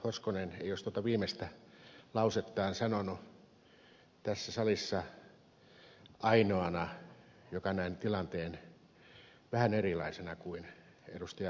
hoskonen ei olisi tuota viimeistä lausettaan sanonut tässä salissa ainoana joka näen tilanteen vähän erilaisena kuin ed